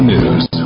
News